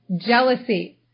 jealousy